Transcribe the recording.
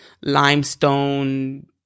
limestone